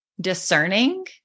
discerning